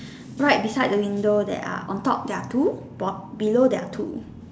right beside the window there are on top there are two bot below there are two